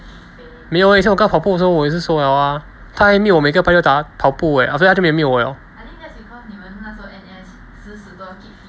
没有 ah 以前我跟他跑步的时候我也是瘦了 ah 他还 meet 我每个拜六跑步 leh after that 他就没有 meet 我了